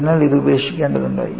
അതിനാൽ ഇത് ഉപേക്ഷിക്കേണ്ടതുണ്ട്